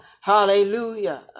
hallelujah